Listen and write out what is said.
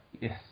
Yes